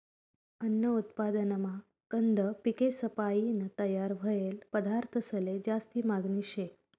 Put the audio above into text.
अन्न उत्पादनमा कंद पिकेसपायीन तयार व्हयेल पदार्थंसले जास्ती मागनी शे